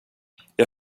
jag